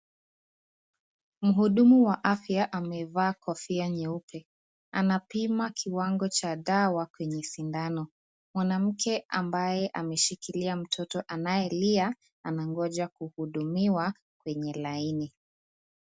Mhudumu wa afya amevaa kofia nyeupe. Anapima kiwango cha dawa kwenye sindano. Mwanamke ambaye ameshikilia mtoto anayelia anangoja kuhudumiwa kwenye laini.